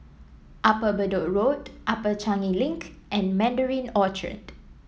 Upper Bedok Road Upper Changi Link and Mandarin Orchard